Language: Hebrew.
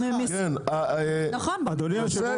אדוני היושב-ראש,